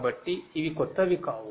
కాబట్టి ఇవి కొత్తవి కావు